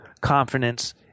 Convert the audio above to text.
confidence